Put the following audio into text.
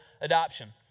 adoption